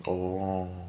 oh